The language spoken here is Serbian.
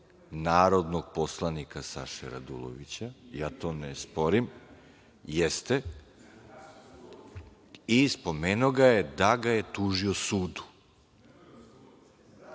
narodnog poslanika Saše Radulovića, to ne sporim, jeste, i spomenuo je da ga je tužio sudu. Ne